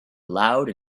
loud